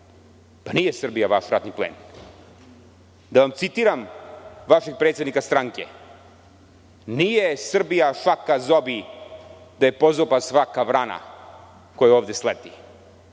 Nije Srbija vaš ratni plen. Da vam citiram vašeg predsednika stranke: „Nije Srbija šaka zobi da je pozoba svaka vrana koja ovde sleti“.